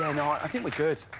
no i think we're good.